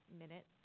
minute